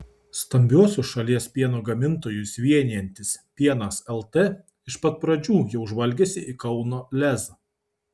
stambiuosius šalies pieno gamintojus vienijantis pienas lt iš pat pradžių jau žvalgėsi į kauno lez